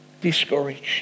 discouraged